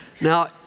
Now